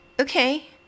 okay